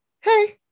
Hey